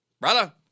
Brother